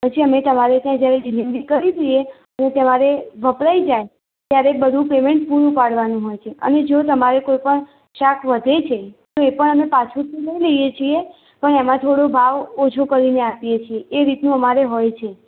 પછી અમે તમારે ત્યાં ડિલીવરી કરી દઈ પછી તમારે વપરાઈ જાય ત્યારેજ બધું પેમેન્ટ કરવાનું હોય છે અને જો તમારે કોઈ પણ શાક વધે છે તો એ પણ પાછું તો અમે લઈ લઈએ છીએ પણ એમાં થોડો ભાવ ઓછો કરીને આપીએ છીએ એ રીતનું અમારે હોય છે